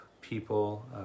people